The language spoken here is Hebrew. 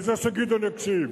אני רוצה שגדעון יקשיב.